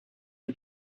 les